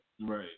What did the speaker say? Right